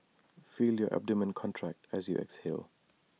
feel your abdomen contract as you exhale